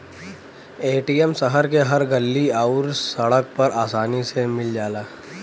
ATM शहर के हर गल्ली आउर सड़क पर आसानी से मिल जाला